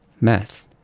math